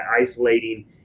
isolating